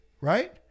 Right